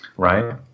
Right